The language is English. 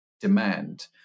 demand